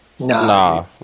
Nah